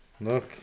Look